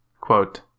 quote